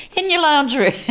in your lounge-room,